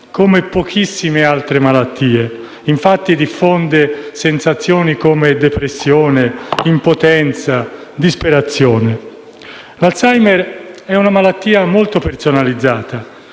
come pochissime altre malattie. Esso diffonde infatti sensazioni come depressione, impotenza e disperazione. L'Alzheimer è una malattia molto personalizzata: